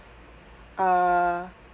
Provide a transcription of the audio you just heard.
uh